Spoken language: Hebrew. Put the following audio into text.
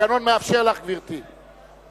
התקנון מאפשר לך, גברתי.